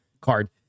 card